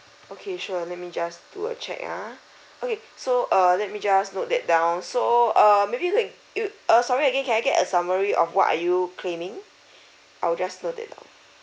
okay sure let me just do a check ah okay so uh let me just note that down so uh maybe you can you uh sorry again can I get a summary of what are you claiming I'll just note that down